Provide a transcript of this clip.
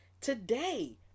today